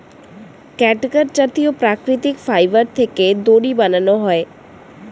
catgut জাতীয় প্রাকৃতিক fibre থেকে দড়ি বানানো হয়